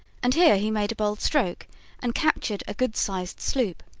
and here he made a bold stroke and captured a good-sized sloop.